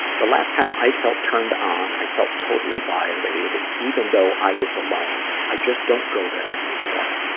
the last time i felt turned on, i felt totally violated, even though i was alone. i just don't go there anymore.